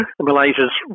Malaysia's